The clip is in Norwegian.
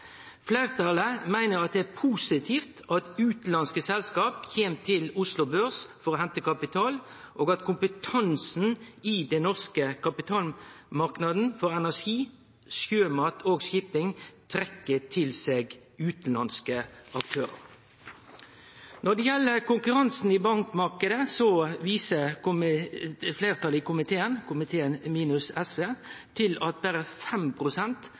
Fleirtalet meiner at det er positivt at utanlandske selskap kjem til Oslo Børs for å hente kapital, og at kompetansen i den norske kapitalmarknaden for energi, sjømat og shipping trekkjer til seg utanlandske aktørar. Når det gjeld konkurransen i bankmarknaden, viser fleirtalet i komiteen – komiteen minus SV – til at berre